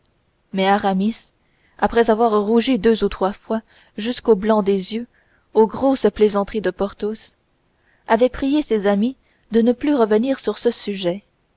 mais aramis après avoir rougi deux ou trois fois jusqu'au blanc des yeux aux grosses plaisanteries de porthos avait prié ses amis de ne plus revenir sur ce sujet